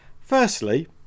Firstly